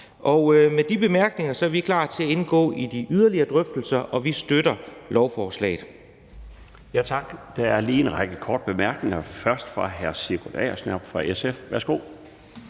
Med de bemærkninger er vi klar til at indgå i de yderligere drøftelser, og vi støtter lovforslaget.